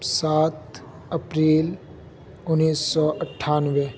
سات اپریل انیس سو اٹھانوے